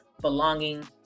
belonging